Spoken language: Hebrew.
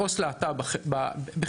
של עו״ס להט״ב בכלל,